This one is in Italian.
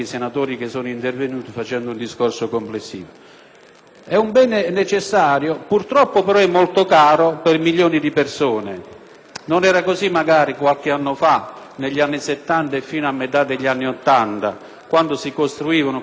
non toglie che sia un bene molto caro per milioni di persone. Forse non era così qualche anno fa, negli anni Settanta e fino a metà degli anni Ottanta, quando si costruivano con l'aiuto dello Stato circa 30.000 alloggi